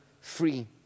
free